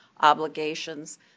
obligations